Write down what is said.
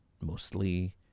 mostly